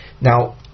Now